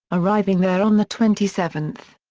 arriving there on the twenty seventh.